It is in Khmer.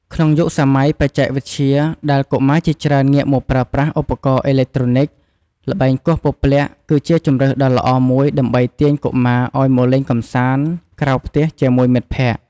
ក្នុងយុគសម័យបច្ចេកវិទ្យា ដែលកុមារជាច្រើនងាកមកប្រើប្រាស់ឧបករណ៍អេឡិចត្រូនិក ល្បែងគោះពព្លាក់គឺជាជម្រើសដ៏ល្អមួយដើម្បីទាញកុមារឱ្យមកលេងកម្សាន្តក្រៅផ្ទះជាមួយមិត្តភក្តិ។